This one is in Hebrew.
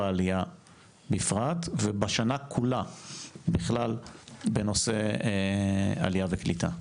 העלייה בפרט ובשנה כולה בכלל בנושא עלייה וקליטה.